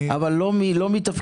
אבל לא מתפקידך,